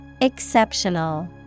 Exceptional